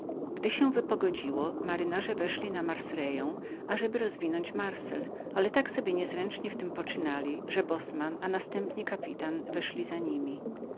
się wypogodził majtkowie weszli na górną kładkę wielkiego masztu dla przymocowania żagla ale tak sobie niezręcznie w tem poczynali że dozorca a następnie kapitan weszli za niemi